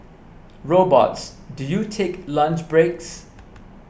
robots do you take lunch breaks